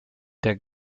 der